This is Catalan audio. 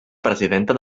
presidenta